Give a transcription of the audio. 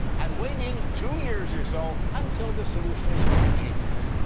and waiting two years or so until the solution is homogeneous.